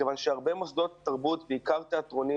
מכיוון שהרבה מוסדות תרבות, בעיקר תיאטרונים